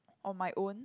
on my own